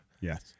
Yes